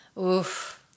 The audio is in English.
Oof